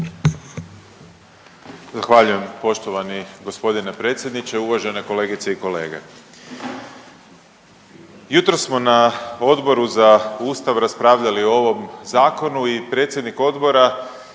Zahvaljujem poštovani g. predsjedniče, uvažene kolegice i kolege. Jutros smo na Odboru za ustav raspravljali o ovom zakonu i predsjednik odbora